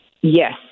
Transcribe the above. Yes